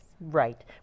Right